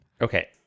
Okay